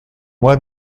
moins